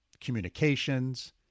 communications